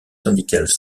syndicales